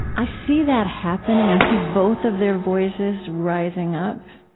i see that happening i see both of their voices rising up